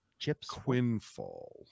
Quinfall